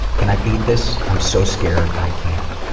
can i beat this? i'm so scared i can't.